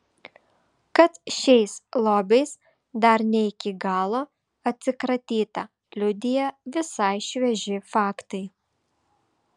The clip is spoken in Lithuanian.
kad šiais lobiais dar ne iki galo atsikratyta liudija visai švieži faktai